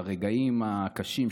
הרגעים הקשים,